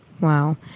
Wow